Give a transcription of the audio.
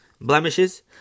blemishes